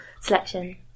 selection